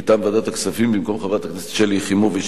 מטעם ועדת הכספים: במקום חברת הכנסת שלי יחימוביץ,